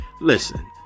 Listen